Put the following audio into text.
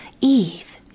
Eve